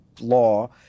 law